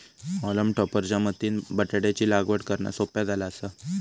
हॉलम टॉपर च्या मदतीनं बटाटयाची लागवड करना सोप्या झाला आसा